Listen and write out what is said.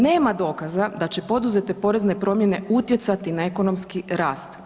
Nema dokaza da će poduzete porezne promjene utjecati na ekonomski rast.